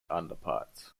underparts